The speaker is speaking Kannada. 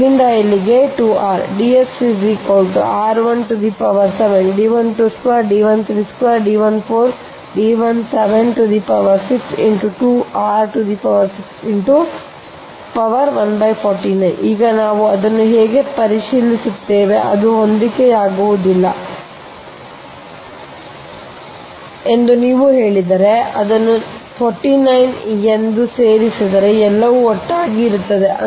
ಆದ್ದರಿಂದ ಇಲ್ಲಿಂದ ಇಲ್ಲಿಗೆ 2r ಈಗ ನಾವು ಅದನ್ನು ಹೇಗೆ ಪರಿಶೀಲಿಸುತ್ತೇವೆ ಅದು ಹೊಂದಿಕೆಯಾಗುವುದಿಲ್ಲ ಎಂದು ನೀವು ಹೇಳಿದರೆ ಅದನ್ನು 49 ಎಂದು ಸೇರಿಸಿದರೆ ಎಲ್ಲವೂ ಒಟ್ಟಾಗಿ ಇರುತ್ತದೆ